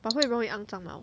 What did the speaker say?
but 会容易肮脏吗